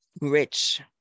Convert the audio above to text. Rich